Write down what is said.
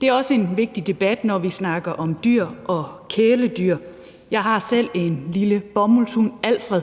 Det er også en vigtig debat, når vi snakker om dyr og kæledyr. Jeg har selv en lille bomuldshund, Alfred,